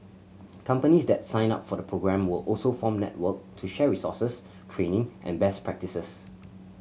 companies that sign up for the programme will also form network to share resources training and best practises